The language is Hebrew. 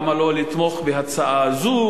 למה לא לתמוך בהצעה זאת,